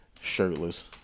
shirtless